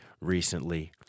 recently